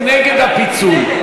הוא נגד הפיצול.